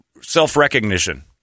self-recognition